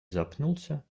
запнулся